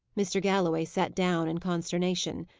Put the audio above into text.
mr. galloway sat down in consternation.